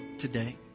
today